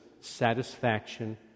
satisfaction